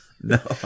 no